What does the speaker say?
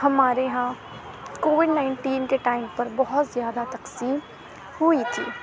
ہمارے یہاں Covid nineteen کے ٹائم پر بہت زیادہ تقسیم ہوئی تھی